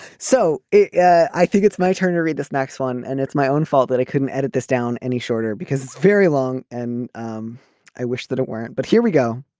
so yeah i think it's my turn to read this next one and it's my own fault that i couldn't edit this down any shorter because it's very long and um i wish that it weren't. but here we go.